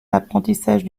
l’apprentissage